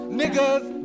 niggas